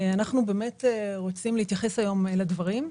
אנחנו רוצים להתייחס היום לדברים.